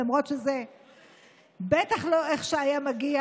למרות שזה בטח לא מה שהיה מגיע